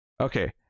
Okay